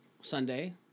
Sunday